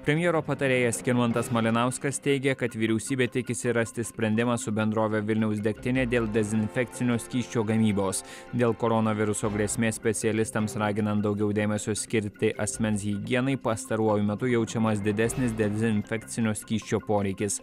premjero patarėjas skirmantas malinauskas teigia kad vyriausybė tikisi rasti sprendimą su bendrove vilniaus degtinė dėl dezinfekcinio skysčio gamybos dėl koronaviruso grėsmės specialistams raginant daugiau dėmesio skirti asmens higienai pastaruoju metu jaučiamas didesnis dezinfekcinio skysčio poreikis